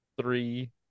three